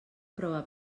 prova